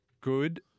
good